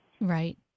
right